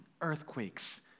earthquakes